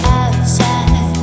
outside